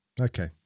Okay